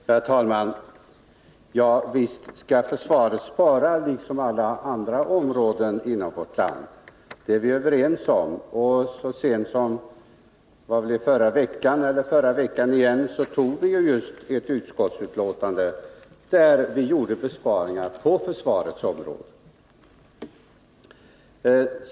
Herr talman! Visst skall försvaret spara, liksom man skall spara på alla andra områden inom vårt land. Det är vi överens om. Så sent som i förra veckan godkände vi just ett utskottsbetänkande som gick ut på att besparingar skulle göras på försvarets område.